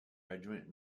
regiment